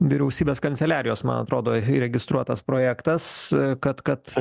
vyriausybės kanceliarijos man atrodo įregistruotas projektas kad kad